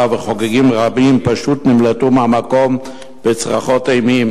וחוגגים רבים פשוט נמלטו מהמקום בצרחות אימים.